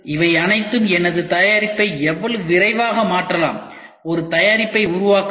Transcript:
இவை அனைத்தும் எனது தயாரிப்பை எவ்வளவு விரைவாக மாற்றலாம் ஒரு தயாரிப்பை உருவாக்கலாம்